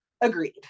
agreed